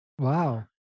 Wow